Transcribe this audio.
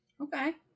Okay